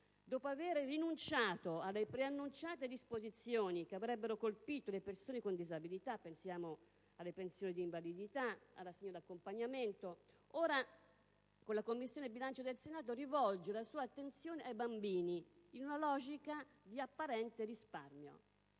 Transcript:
«dopo aver rinunciato alle preannunciate disposizioni che avrebbero colpito le persone con disabilità (pensioni di invalidità, assegno di accompagnamento), ora» - con la Commissione bilancio del Senato - «rivolge la sua attenzione ai bambini, in una logica di apparente risparmio».